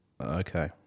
Okay